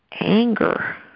anger